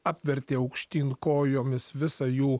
apvertė aukštyn kojomis visą jų